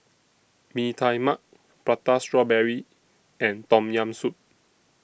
Mee Tai Mak Prata Strawberry and Tom Yam Soup